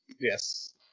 Yes